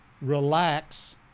relax